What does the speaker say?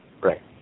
Right